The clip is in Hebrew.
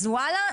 אז וואלה,